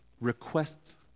requests